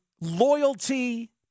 loyalty